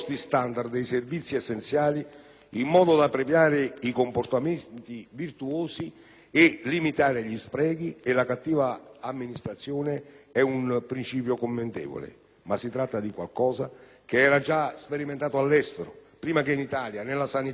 in modo da premiare i comportamenti virtuosi e limitare gli sprechi e la cattiva amministrazione, è un principio commendevole; ma si tratta di qualcosa che era già sperimentato all'estero, prima che in Italia nella sanità. In pratica, è però